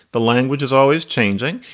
the language is always changing.